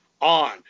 on